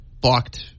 blocked –